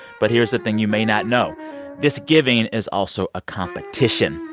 but here's the thing you may not know this giving is also a competition.